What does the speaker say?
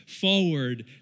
forward